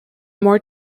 more